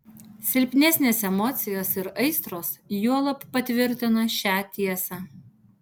silpnesnės emocijos ir aistros juolab patvirtina šią tiesą